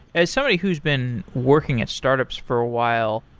as somebody who's been working at startups for a while,